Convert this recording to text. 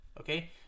Okay